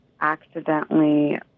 accidentally